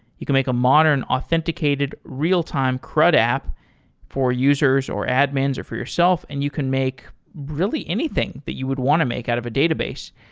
you can make a modern, authenticated, real-time cred app for users or admins or for yourself and you can make really anything that you would want to make out of a database,